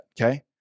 Okay